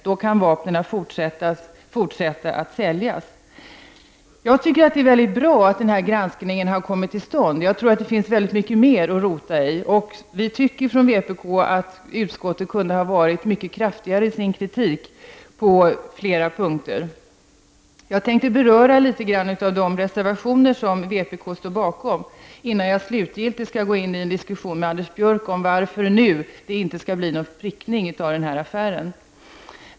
Då kan vi fortsätta att sälja vapnen. Det är enligt min mening mycket bra att denna granskning har kommit till stånd. Jag tror att det finns väldigt mycket mer att rota i. Vi menar från vpk:s sida att utskottet kunde ha varit mycket kraftigare i sin kritik på flera punkter. Jag tänkte beröra en del av de reservationer som vpk står bakom innan jag slutgiltigt går in i en diskussion med Anders Björck om varför det inte nu skall bli någon prickning av den här affären.